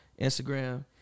Instagram